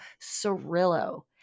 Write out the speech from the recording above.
Cirillo